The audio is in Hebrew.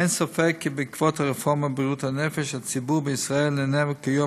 אין ספק שבעקבות הרפורמה בבריאות הנפש הציבור בישראל נהנה כיום